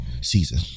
season